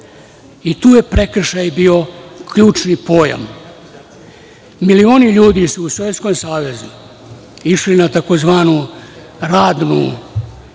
I tu je prekršaj bio ključni pojam. Milioni ljudi su u Sovjetskom Savezu išli na tzv. radni